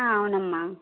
అవునమ్మా